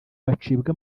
bacibwa